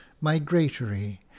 migratory